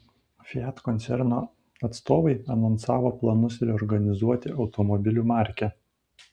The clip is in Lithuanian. fiat koncerno atstovai anonsavo planus reorganizuoti automobilių markę